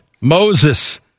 Moses